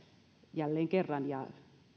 jälleen kerran ja